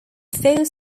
four